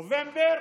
נובמבר?